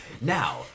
Now